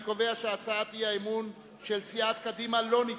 אני קובע שהצעת אי-האמון של סיעת קדימה לא נתקבלה.